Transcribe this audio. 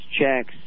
checks